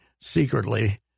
secretly